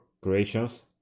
creations